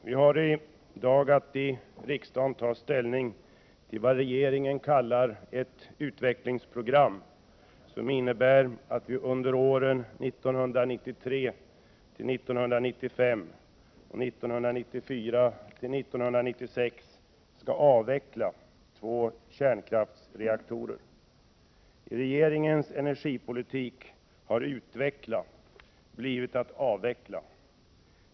Herr talman! Vi har i dag att i riksdagen ta ställning till vad regeringen kallar ett utvecklingsprogram, som innebär att vi under åren 1993—1995 och 1994—1996 skall avveckla två kärnkraftsreaktorer. I regeringens energipolitik har ”utveckla” blivit att ”avveckla”.